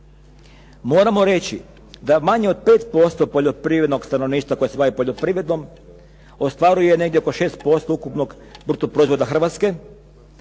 Moramo reći da manje od 5% poljoprivrednog stanovništva koje se bavi poljoprivredom ostvaruje negdje oko 6% ukupnog bruto proizvoda Hrvatske,